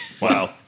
Wow